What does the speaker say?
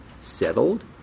settled